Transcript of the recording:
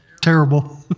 Terrible